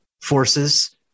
forces